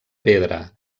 pedra